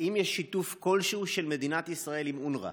האם יש שיתוף כלשהו של מדינת ישראל עם אונר"א?